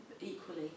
equally